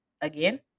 again